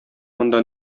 монда